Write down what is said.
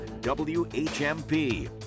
WHMP